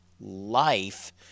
life